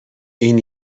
این